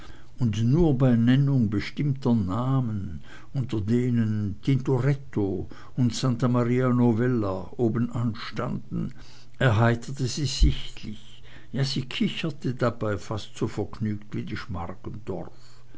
und nur bei nennung bestimmter namen unter denen tintoretto und santa maria novella obenan standen erheiterte sie sich sichtlich ja sie kicherte dabei fast so vergnügt wie die schmargendorf